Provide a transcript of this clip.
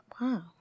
wow